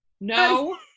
No